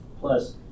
Plus